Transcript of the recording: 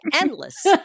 endless